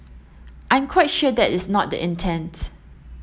I'm quite sure that is not the intents